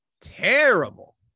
terrible